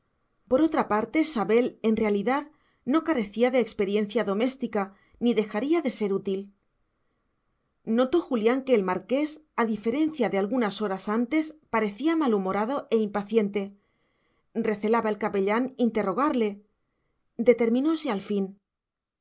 por otra parte sabel en realidad no carecía de experiencia doméstica ni dejaría de ser útil notó julián que el marqués a diferencia de algunas horas antes parecía malhumorado e impaciente recelaba el capellán interrogarle determinóse al fin